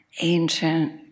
ancient